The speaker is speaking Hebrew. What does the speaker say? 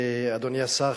אדוני השר,